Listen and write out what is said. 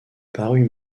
parut